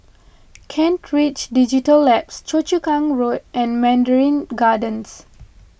Kent Ridge Digital Labs Choa Chu Kang Road and Mandarin Gardens